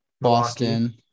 Boston